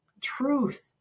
truth